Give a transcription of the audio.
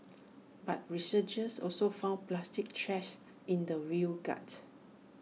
but researchers also found plastic trash in the whale's gut